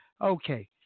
Okay